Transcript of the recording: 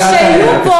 אל תענה,